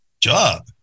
job